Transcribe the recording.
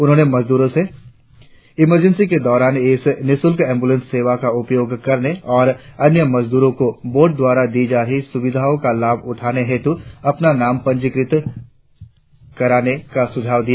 उन्होंने मजदुरो से इमरजेंसी के दौरान इस निशुल्क एम्बुलेंस सेवा का उपयोग करने और अन्य मजदुरो को बोर्ड द्वारा दी जा रही सुविधाओ का लाभ उठाने हेतु अपना नाम पंजीक़त करने का सुझाव दिया